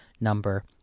number